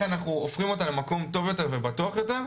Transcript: אנחנו הופכים אותה למקום טוב יותר ובטוח יותר,